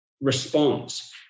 response